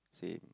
same